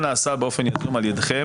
מה נעשה באופן יזום על ידכם,